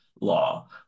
law